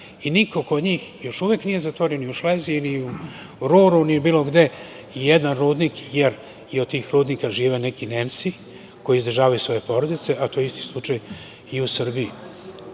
Niko kod njih još uvek nije zatvorio ni u Šlajziju, ni u Roru, ni bilo gde jedan rudnik, jer i od tih rudnika žive neki Nemci koji izdržavaju svoje porodice, a to je isti slučaj i u Srbiji. Znam